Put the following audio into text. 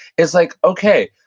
is like, okay,